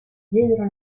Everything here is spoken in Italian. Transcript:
diedero